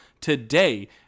today